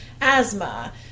asthma